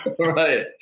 Right